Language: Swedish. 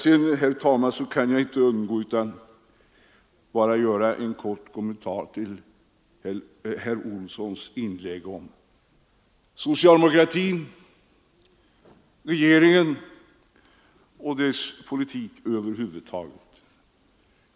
Sedan, herr talman, kan jag inte undgå att göra en kort kommentar till herr Olssons i Stockholm inlägg om socialdemokratin, regeringen och dess politik över huvud taget.